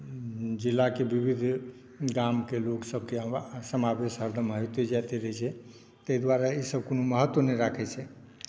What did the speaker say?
जिलाके विविध गामके लोकसभके समावेश हरदम आबिते जाइते रहैत छै ताहि दुआरे ईसभ कोनो महत्व नहि राखैत छै